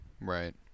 Right